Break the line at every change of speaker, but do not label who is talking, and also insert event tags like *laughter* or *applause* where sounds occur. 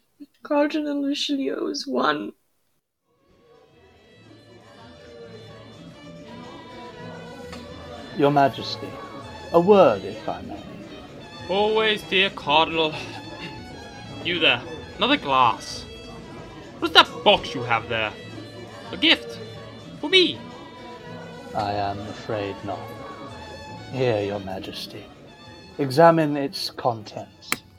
Cardinal Luchelio is one.
Your Majesty, a word, if I may.
Always, dear Cardinal. *clears throat* You there, another glass. What is that box you have there? A gift? For me?
I am afraid not. Here, Your Majesty. Examine its contents.